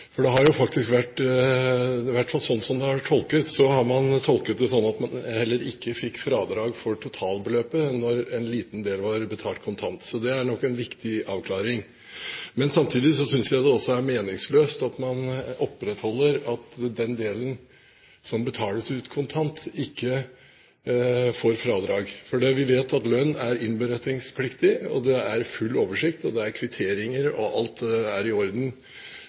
For man har jo faktisk tolket det slik at man heller ikke fikk fradrag for totalbeløpet når en liten del var betalt kontant. Så det er en viktig avklaring. Men samtidig synes jeg det er meningsløst at man opprettholder at man for den delen som betales ut kontant, ikke får fradrag. Vi vet at lønn er innberetningspliktig, og det er full oversikt, det er kvitteringer, og alt er i orden.